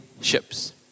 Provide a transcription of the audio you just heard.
ships